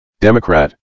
Democrat